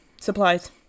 Supplies